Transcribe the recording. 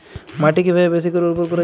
মাটি কিভাবে বেশী করে উর্বর করা যাবে?